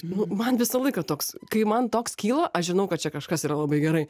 nu man visą laiką toks kai man toks kyla aš žinau kad čia kažkas yra labai gerai